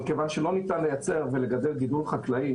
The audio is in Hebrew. אבל כיוון שלא ניתן לייצר ולגדל גידול חקלאי